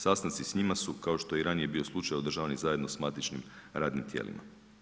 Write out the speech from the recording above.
Sastanci s njima su kao što je i ranije bio slučaj održavani zajedno sa matičnim radnim tijelima.